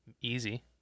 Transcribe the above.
Easy